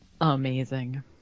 Amazing